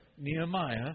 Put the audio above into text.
Nehemiah